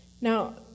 Now